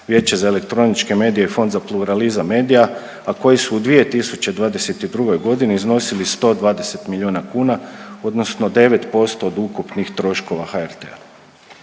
Vijeće za elektroničke medije i Fond za pluralizam medija, a koji su u 2022. godini iznosili 120 miliona kuna odnosno 9% od ukupnih troškova HRT-a.